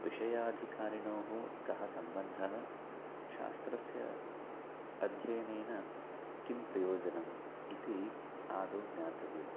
विषयाधिकारिणोः कः सम्बन्धः शास्त्रस्य अध्ययनेन किं प्रयोजनम् इति आदौ ज्ञातव्यं